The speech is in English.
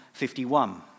51